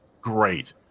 great